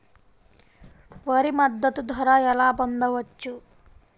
వరి మద్దతు ధర ఎలా పొందవచ్చు?